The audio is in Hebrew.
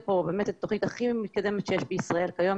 פה באמת את התוכנית הכי מתקדמת שיש בישראל כיום,